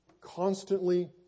constantly